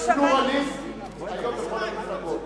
יש פלורליזם,